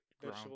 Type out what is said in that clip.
ground